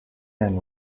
and